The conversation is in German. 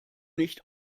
nicht